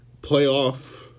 playoff